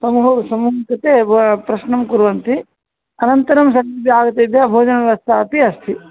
समूहस्य समूहस्य कृते प्रश्नं कुर्वन्ति अनन्तरं सर्वेभ्यः आगतेभ्य भोजनव्यवस्था अपि अस्ति